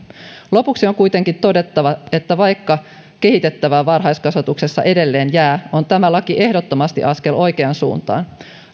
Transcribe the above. lopuksi on kuitenkin todettava että vaikka kehitettävää varhaiskasvatuksessa edelleen jää on tämä laki ehdottomasti askel oikeaan suuntaan